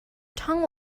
tongue